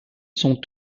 sont